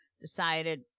decided